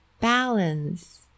Balance